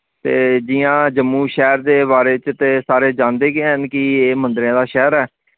ते जि'यां जम्मू शैह्र दे बारे च ते सारे जानदे गै न कि एह् मंदरें दा शैह्र ऐ